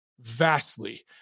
vastly